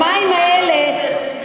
המים האלה,